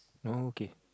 oh okay